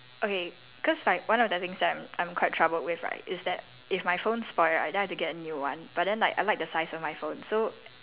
okay cause like one of the things that I'm I'm quite troubled with right is that if my phone spoil right then I have to get a new one but then like I like the size of my phone so